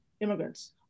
immigrants